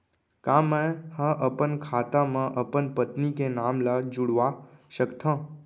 का मैं ह अपन खाता म अपन पत्नी के नाम ला जुड़वा सकथव?